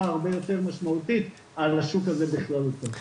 הרבה יותר משמעותית על השוק הזה בכללותו.